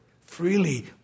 freely